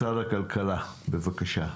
משרד הכלכלה, בבקשה.